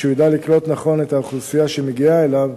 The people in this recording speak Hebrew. שהוא ידע לקלוט נכון את האוכלוסייה שמגיעה אליו,